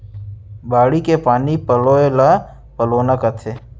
बाड़ी के पानी पलोय ल पलोना कथें